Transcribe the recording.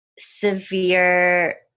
severe